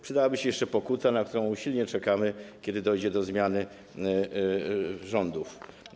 Przydałaby się jeszcze pokuta, na którą usilnie czekamy, kiedy dojdzie do zmiany rządów.